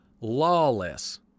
lawless